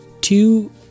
Two